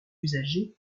usagers